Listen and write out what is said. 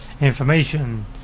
information